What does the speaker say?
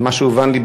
ממה שהובן לי,